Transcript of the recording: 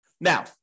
Now